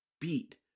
beat